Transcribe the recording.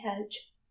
hedge